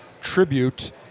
tribute